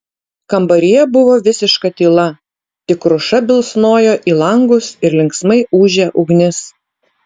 kambaryje buvo visiška tyla tik kruša bilsnojo į langus ir linksmai ūžė ugnis